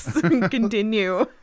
continue